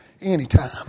anytime